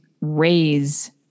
raise